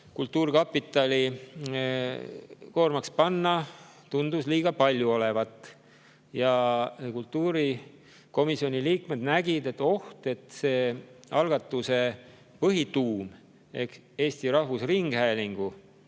kultuurkapitalile koormaks panna, tundus liiga palju olevat. Kultuurikomisjoni liikmed nägid, et on oht, et algatuse põhituum ehk Eesti Rahvusringhäälingu